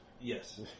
Yes